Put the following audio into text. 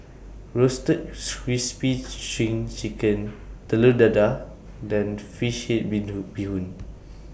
Roasted Crispy SPRING Chicken Telur Dadah and Fish Head Bee Hoon